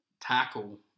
tackle